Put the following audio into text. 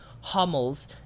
Hummels